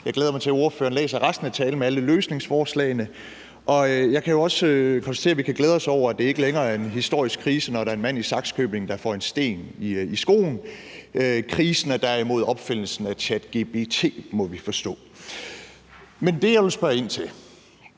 Jeg glæder mig til, at ordføreren læser resten af talen med alle løsningsforslagene. Jeg kan jo også konstatere, at vi kan glæde os over, at det ikke længere er en historisk krise, når der er en mand i Sakskøbing, der får en sten i skoen. Krisen er derimod opfindelsen af ChatGPT, må vi forstå. Men det, jeg vil spørge ind til,